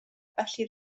felly